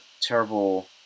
terrible